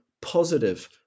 positive